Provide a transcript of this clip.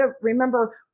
remember